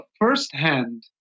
first-hand